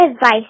advice